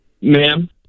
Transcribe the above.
Ma'am